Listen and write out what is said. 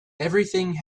everything